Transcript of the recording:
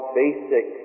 basic